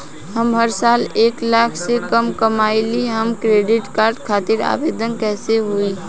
हम हर साल एक लाख से कम कमाली हम क्रेडिट कार्ड खातिर आवेदन कैसे होइ?